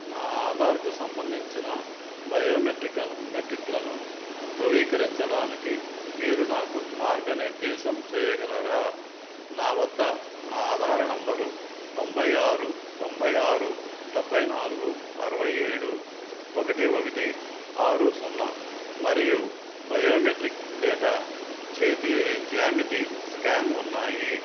నా ఆధార్కు సంబంధించిన బయోమెట్రిక్లను ధృవీకరించడానికి మీరు నాకు మార్గనిర్దేశం చేయగలరా నా వద్ద నా ఆధార్ నెంబరు తొంభై ఆరు తొంభై ఆరు డెబ్బై నాలుగు అరవై ఏడు ఒకటి ఒకటి ఆరు సున్నా మరియు బయోమెట్రిక్ డేటా చేతి జ్యామితి స్కాన్ ఉన్నాయి